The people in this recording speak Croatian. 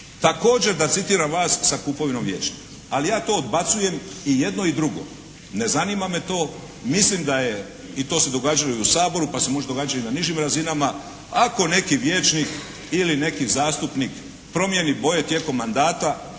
također da citiram vas sa kupovinom vijećnika. Ali ja to odbacujem i jedno i drugo, ne zanima me to. Mislim da je i to se događalo i u Saboru pa se može događati i na nižim razinama. Ako neki vijećnik ili neki zastupnik promijeni boje tijekom mandata,